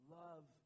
love